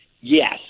yes